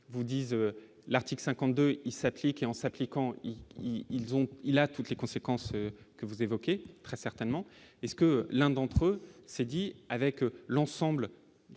vous disent : l'article 52 il s'appliquer en s'appliquant, ils ont, il a toutes les conséquences que vous évoquez très certainement est-ce que l'un d'entre c'est dit avec l'ensemble